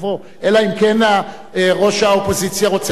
אלא אם כן ראש האופוזיציה רוצה לנאום.